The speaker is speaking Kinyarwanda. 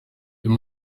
you